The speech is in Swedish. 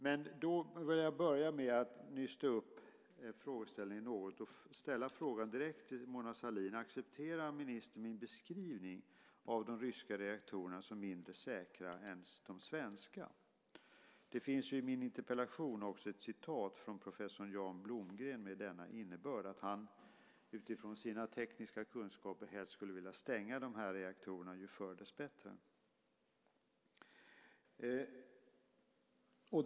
Låt mig börja med att nysta upp frågeställningen något och genast ställa en direkt fråga till Mona Sahlin: Accepterar ministern min beskrivning att de ryska reaktorerna är mindre säkra än de svenska? I min interpellation citerar jag professor Jan Blomgren som menar att han utifrån sina tekniska kunskaper helst skulle vilja stänga dessa reaktorer - ju förr dess bättre.